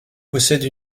possède